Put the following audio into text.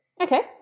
Okay